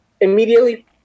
immediately